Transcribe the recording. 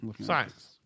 Science